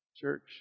church